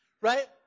right